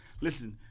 Listen